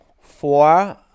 Four